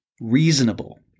reasonable